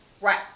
Right